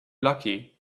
lucky